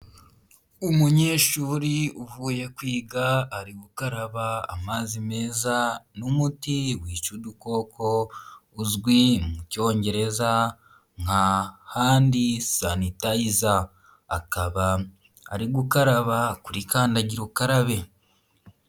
Umunyeshuri uvuye kwiga, ari gukaraba amazi meza n'umuti wica udukoko uzwi mu cyongereza nka ''Handi Sanitizer'' ari gukaraba kuri kandagira ukarabe.